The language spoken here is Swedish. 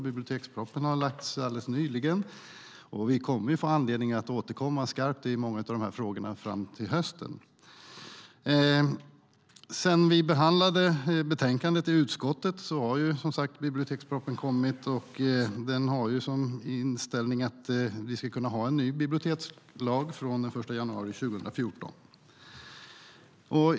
Bibliotekspropositionen har lagts fram alldeles nyligen, och vi kommer att få anledning att återkomma skarpt i många av de här frågorna till hösten. Sedan vi behandlade betänkandet i utskottet har som sagt bibliotekspropositionen kommit, och dess inställning är att vi ska kunna ha en ny bibliotekslag från den 1 januari 2014.